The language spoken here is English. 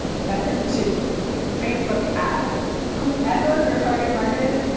method two facebook ads whoever your target market is,